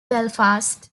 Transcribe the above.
belfast